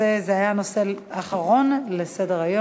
אז זה היה הנושא האחרון בסדר-היום.